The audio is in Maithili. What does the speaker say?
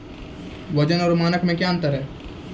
वजन और मानक मे क्या अंतर हैं?